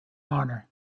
honour